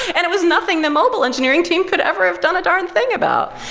and it was nothing the mobile engineering team could ever have done a darn thing about.